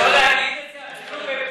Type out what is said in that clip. אני מבקש לא להגיד את זה אפילו כבדיחה.